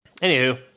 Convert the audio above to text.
Anywho